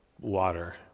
water